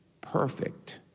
perfect